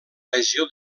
regió